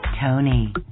Tony